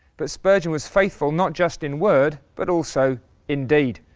but spurgeon was faithful, not just in word, but also in deed,